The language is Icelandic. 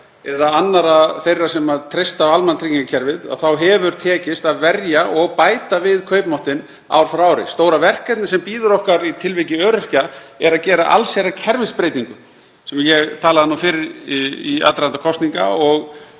eða annarra þeirra sem treysta á almannatryggingakerfið, að það hefur tekist að verja og bæta við kaupmáttinn ár frá ári. Stóra verkefnið sem bíður okkar í tilviki öryrkja er að gera allsherjarkerfisbreytingu sem ég talaði fyrir í aðdraganda kosninga og